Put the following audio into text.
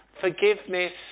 forgiveness